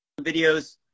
videos